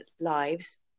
lives